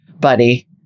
buddy